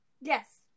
Yes